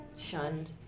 shunned